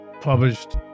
published